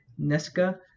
nesca